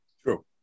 True